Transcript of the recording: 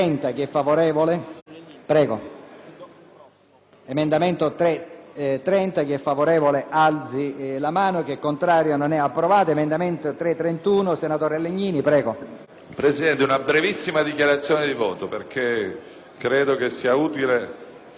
voglio fare una brevissima dichiarazione di voto perché credo sia utile per l'Aula conoscere